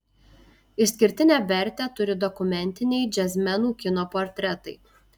išskirtinę vertę turi dokumentiniai džiazmenų kino portretai